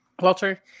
Walter